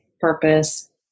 purpose